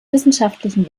wissenschaftlichen